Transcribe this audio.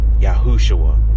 Yahushua